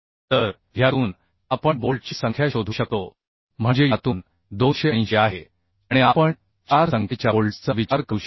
तर ह्यातून आपण बोल्टची संख्या शोधू शकतो म्हणजे यातून 280 आहे आणि आपण 4 संख्येच्या बोल्ट्सचा विचार करू शकतो